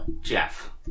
Jeff